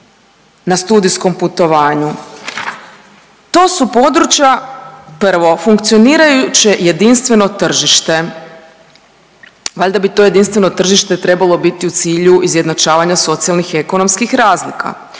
na studijskom putovanju, to su područja, 1. funkcionirajuće jedinstveno tržište. Valjda bi to jedinstveno tržište trebalo biti u cilju izjednačavanja socijalnih i ekonomskih razlika.